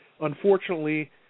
unfortunately